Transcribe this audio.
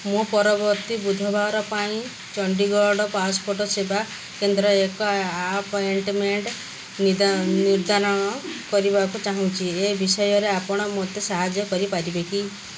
ମୁଁ ପରବର୍ତ୍ତୀ ବୁଧବାର ପାଇଁ ଚଣ୍ଡିଗଡ଼ ପାସପୋର୍ଟ ସେବା କେନ୍ଦ୍ରରେ ଏକ ଆପଏଣ୍ଟମେଣ୍ଟ ନିର୍ଦ୍ଧାରଣ କରିବାକୁ ଚାହୁଁଛି ଏ ବିଷୟରେ ଆପଣ ମୋତେ ସାହାଯ୍ୟ କରିପାରିବେ କି